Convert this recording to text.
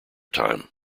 time